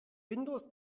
windows